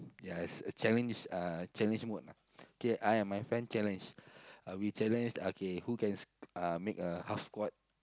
ya is a challenge uh challenge mode ah K I and my friend challenge uh we challenge okay who can uh make a half squat